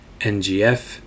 NGF